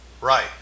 Right